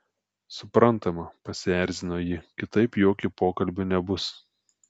suprantama pasierzino ji kitaip jokio pokalbio nebus